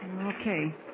Okay